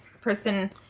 person